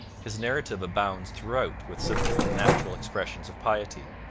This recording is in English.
his narrative abounds throughout with simple and natural expressions of piety,